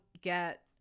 get